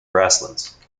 grasslands